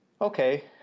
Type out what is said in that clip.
okay